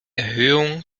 erhöhung